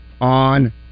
on